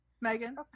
Megan